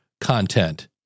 content